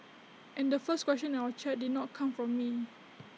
and the first question in our chat did not come from me